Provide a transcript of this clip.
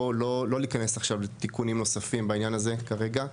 להיכנס עכשיו לתיקונים נוספים בעניין הזה כרגע.